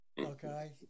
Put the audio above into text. Okay